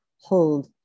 hold